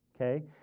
Okay